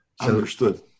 Understood